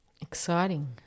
Exciting